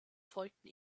folgten